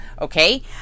Okay